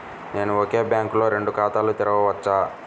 నేను ఒకే బ్యాంకులో రెండు ఖాతాలు తెరవవచ్చా?